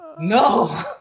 No